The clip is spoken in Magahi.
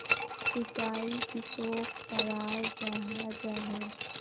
सिंचाई किसोक कराल जाहा जाहा?